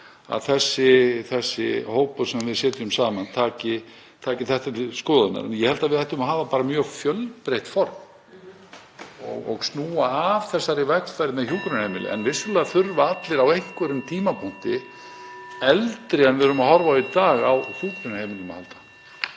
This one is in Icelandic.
að þessi hópur sem við setjum saman taki þetta til skoðunar. Ég held að við ættum að hafa mjög fjölbreytt form (Forseti hringir.) og snúa af þessari vegferð með hjúkrunarheimilin. En vissulega þurfa allir á einhverjum tímapunkti, eldri en við erum að horfa á í dag, á hjúkrunarheimilum að halda.